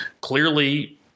Clearly